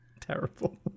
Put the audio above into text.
Terrible